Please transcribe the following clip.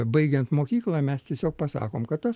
baigiant mokyklą mes tiesiog pasakom kad tas